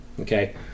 Okay